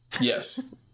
yes